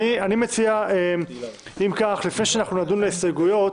אם כך, לפני שאנחנו נדון בהסתייגויות,